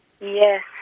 Yes